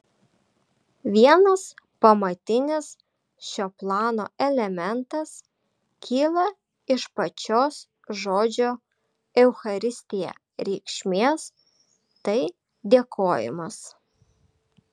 vienas pamatinis šio plano elementas kyla iš pačios žodžio eucharistija reikšmės tai dėkojimas